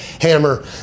Hammer